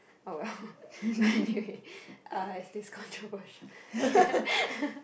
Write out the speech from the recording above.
oh well but anyway uh is this controversial ya